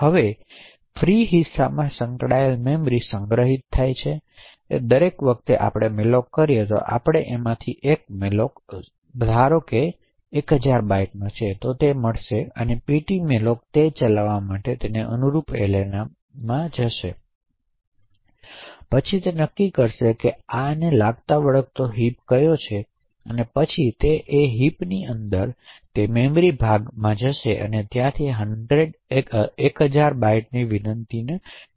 હવે ફ્રી હિસ્સામાં સંકળાયેલી મેમરી સંગ્રહિત થાય છે હવે દર વખતે આપણે malloc કરી તો આપણે એકઅને malloc 1000 બાઇટ્સ કરશે અને ptmalloc તે ચલાવવા કરશે અનુરૂપ એરેના મળશે છે પછી તે નક્કી કરશે લાગતાવળગતા હિપ અને પછી હિપની અંદર તે મેમરીનો ભાગ મળશે જે 1000 બાઇટ્સ વિનંતીને સંતોષી શકે